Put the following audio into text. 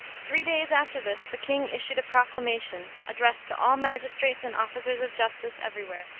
three days after this the king issued a proclamation, addressed to all magistrates and officers of justice every where,